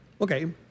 Okay